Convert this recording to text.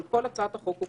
אבל כל הצעת החוק הוקראה.